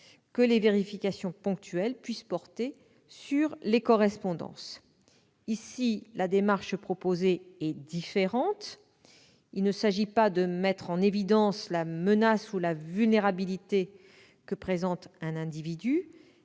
que les vérifications ponctuelles puissent porter sur les correspondances. La démarche proposée est très différente : il ne s'agit pas de mettre en évidence la menace ou la vulnérabilité que présente un individu,